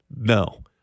no